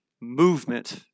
movement